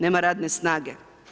Nema radne snage.